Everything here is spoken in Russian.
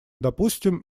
допустим